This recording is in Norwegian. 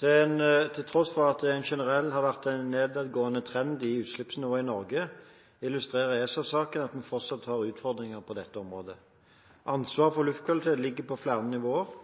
Til tross for at det generelt har vært en nedadgående trend i utslippsnivåene i Norge, illustrerer ESA-saken at vi fortsatt har utfordringer på dette området. Ansvaret for luftkvaliteten ligger på flere nivåer.